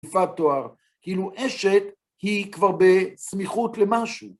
יפת תואר, כאילו "אשת" היא כבר בסמיכות למשהו.